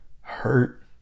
Hurt